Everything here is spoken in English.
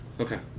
Okay